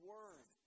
Word